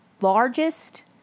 largest